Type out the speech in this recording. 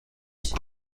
iki